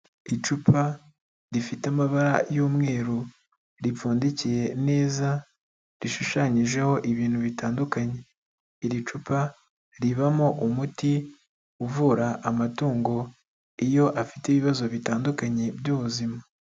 Icupa rifite amabara y'umweru ripfundikiye neza, rishushanyijeho ibintu bitandukanye, iri cupa ribamo umuti uvura amatungo iyo afite ibibazo bitandukanye by'ubuzima.